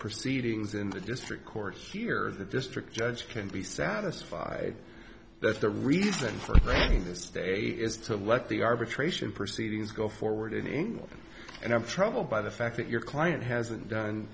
proceedings in the district court here the district judge can be satisfied that's the reason for this day is to let the arbitration proceedings go forward in england and i'm troubled by the fact that your client hasn't done